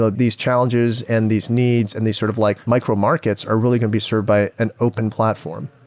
ah these challenges and these needs and these sort of like micro markets are really going to be served by an open platform.